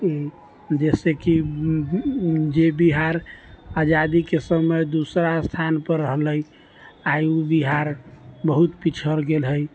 जैसे कि जे बिहार आजादीके समय दूसरा स्थानपर रहलै आइ उ बिहार बहुत पिछड़ गेल है